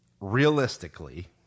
realistically